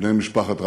בני משפחת רבין,